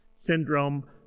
syndrome